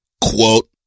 quote